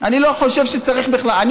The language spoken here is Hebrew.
אני לא חושב שצריך בכלל להיות קשר.